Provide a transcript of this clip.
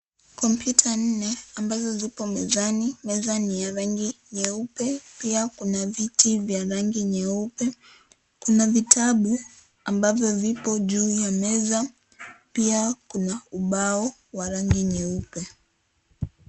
Kompyuta nne ambazo zipo mezani. Meza ni ya rangi nyeupe. Pia kuna viti vya rangi nyeupe. Kuna vitabu ambavyo vipo juu ya meza, pia, kuna ubao wa rangi nyeupe.